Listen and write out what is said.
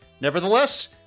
Nevertheless